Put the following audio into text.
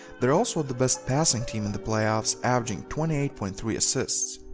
they're also the best passing team in the playoffs averaging twenty eight point three assists.